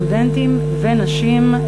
סטודנטים ונשים,